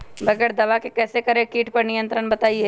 बगैर दवा के कैसे करें कीट पर नियंत्रण बताइए?